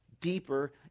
deeper